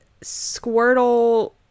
Squirtle